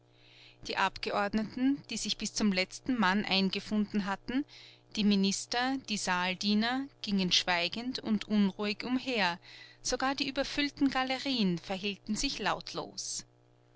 die abgeordneten die sich bis zum letzten mann eingefunden hatten die minister die saaldiener gingen schweigend und unruhig umher sogar die überfüllten galerien verhielten sich lautlos